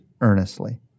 earnestly